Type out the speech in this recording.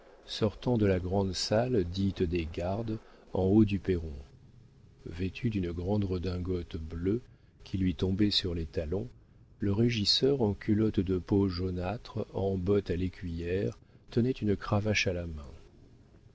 sortant de la grande salle dite des gardes en haut du perron vêtu d'une grande redingote bleue qui lui tombait sur les talons le régisseur en culotte de peau jaunâtre en bottes à l'écuyère tenait une cravache à la main